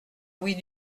louis